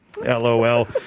LOL